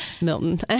Milton